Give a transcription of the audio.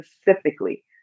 specifically